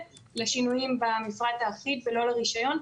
לשינויים במפרט האחיד ולא לרישיון,